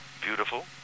beautiful